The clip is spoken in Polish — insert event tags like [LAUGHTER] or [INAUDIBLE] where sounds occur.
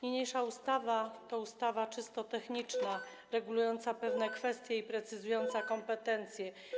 Niniejsza ustawa to ustawa czysto techniczna, [NOISE] regulująca pewne kwestie i precyzująca kompetencje.